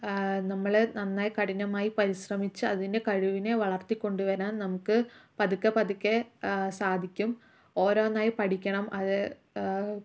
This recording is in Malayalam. നമ്മൾ നന്നായി കഠിനമായി പരിശ്രമിച്ച് അതിന്റെ കഴിവിനെ വളർത്തിക്കൊണ്ടുവരാൻ നമുക്ക് പതുക്കെ പതുക്കെ സാധിക്കും ഓരോന്നായി പഠിക്കണം അത്